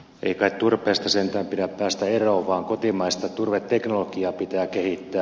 ei kai turpeesta sentään pidä päästä eroon vaan kotimaista turveteknologiaa pitää kehittää